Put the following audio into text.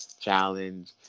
challenge